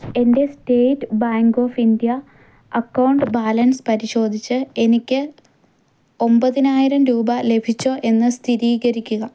എൻ്റെ state bank of India account balance പരിശോധിച്ച് എനിക്ക് ഒമ്പതിനായിരം രൂപ ലഭിച്ചോ എന്ന് സ്ഥിരീകരിക്കുക